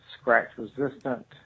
scratch-resistant